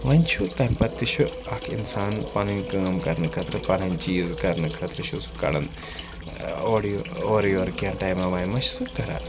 وۄنۍ چھُ تمہِ پَتہٕ تہِ چھُ اکھ اِنسان پَنٕنۍ کٲم کَرنہٕ خٲطرٕ پَنٕنۍ چیٖز کَرنہٕ خٲطرٕ چھُ سُہ کَڑان اورٕ یورٕ اورٕ یورٕ کیٚنٛہہ ٹایمہٕ وایمہ چھُ سُہ کَران